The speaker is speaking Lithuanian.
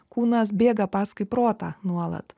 kūnas bėga paskui protą nuolat